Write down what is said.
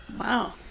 Wow